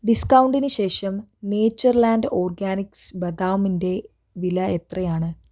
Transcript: ഡിസ്കൗണ്ടിന് ശേഷം Natureland Organics ബദാംമിന്റെ വില എത്രയാണ്